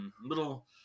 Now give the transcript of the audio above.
little